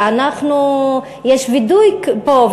ויש וידוי פה,